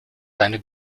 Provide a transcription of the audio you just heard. seine